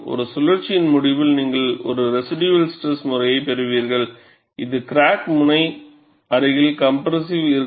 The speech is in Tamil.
ஒரு சுழற்சியின் முடிவில் நீங்கள் ஒரு ரெசிடுயல் ஸ்ட்ரெஸ் முறையைப் பெறுவீர்கள் இது கிராக் முனை அருகில் கம்ப்ரெஸிவாக இருக்கும்